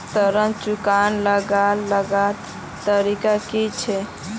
ऋण चुकवार अलग अलग तरीका कि छे?